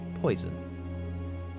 Poison